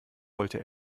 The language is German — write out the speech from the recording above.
wollte